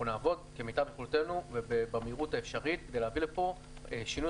אנחנו נעבוד כמיטב יכולתנו ובמהירות האפשרית כדי להביא לפה שינוי